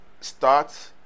start